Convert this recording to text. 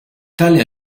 tale